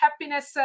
Happiness